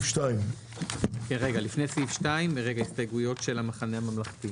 סעיף 2. לפני סעיף 2. ההסתייגויות המחנה הממלכתי.